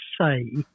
say